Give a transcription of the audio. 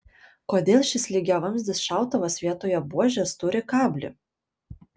kodėl šis lygiavamzdis šautuvas vietoje buožės turi kablį